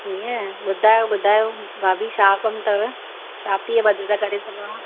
हीअं बुधायो बुधायो भाभी छा कमु अथव छा थी मदद करे सघां